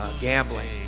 gambling